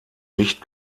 nicht